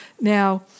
Now